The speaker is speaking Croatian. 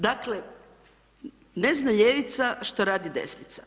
Dakle, ne zna ljevica šta radi desnica.